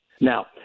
Now